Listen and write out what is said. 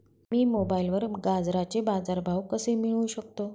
मी मोबाईलवर गाजराचे बाजार भाव कसे मिळवू शकतो?